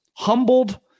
humbled